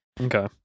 Okay